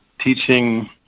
teaching